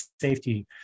safety